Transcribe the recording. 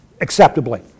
acceptably